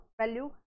value